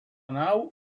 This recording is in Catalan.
nau